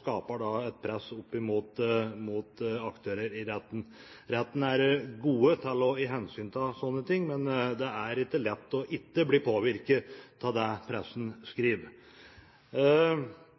skaper et press opp mot aktører i retten. Retten er god til å ta hensyn til sånne ting, men det er ikke lett ikke å bli påvirket av det pressen skriver.